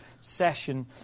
session